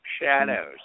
Shadows